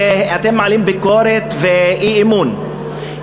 ואתם מעלים ביקורת ואי-אמון,